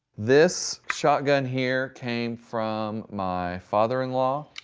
this shotgun here came from my father-in-law.